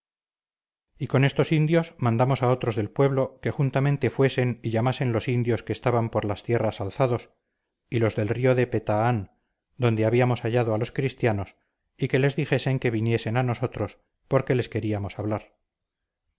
y con estos indios mandamos a otros del pueblo que juntamente fuesen y llamasen los indios que estaban por las sierras alzados y los del río de petaan donde habíamos hallado a los cristianos y que les dijesen que viniesen a nosotros porque les queríamos hablar